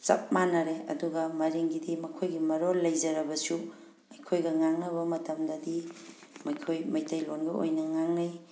ꯆꯞ ꯃꯥꯅꯔꯦ ꯑꯗꯨꯒ ꯃꯔꯤꯡꯒꯤꯗꯤ ꯃꯈꯣꯏꯒꯤ ꯃꯔꯣꯜ ꯂꯩꯖꯔꯕꯁꯨ ꯑꯩꯈꯣꯏꯒ ꯉꯥꯡꯅꯕ ꯃꯇꯝꯗꯗꯤ ꯃꯈꯣꯏ ꯃꯩꯇꯩꯂꯣꯟꯒ ꯑꯣꯏꯅ ꯉꯥꯡꯅꯩ